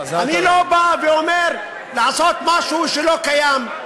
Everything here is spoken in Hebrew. אני לא אומר לעשות משהו שלא קיים.